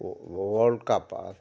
world কাপত